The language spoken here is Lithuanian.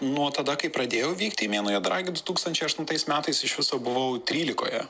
nuo tada kai pradėjau vykti į mėnuo juodaragį du tūkstančiai aštuntais metais iš viso buvau trylikoje